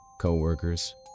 co-workers